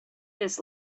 this